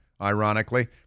ironically